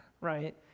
right